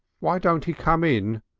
why don't he come in?